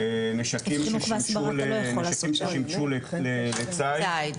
ששימשו לציד.